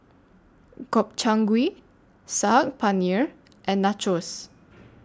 Gobchang Gui Saag Paneer and Nachos